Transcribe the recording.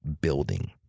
building